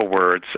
words